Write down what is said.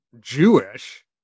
jewish